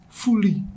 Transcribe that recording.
fully